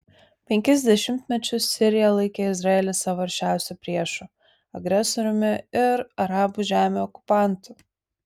penkis dešimtmečius sirija laikė izraelį savo aršiausiu priešu agresoriumi ir arabų žemių okupantu